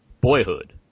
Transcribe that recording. Boyhood